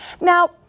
Now